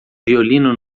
violino